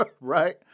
Right